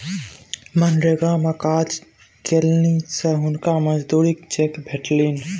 मनरेगा मे काज केलनि तँ हुनका मजूरीक चेक भेटलनि